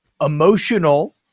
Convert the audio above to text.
emotional